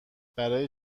برای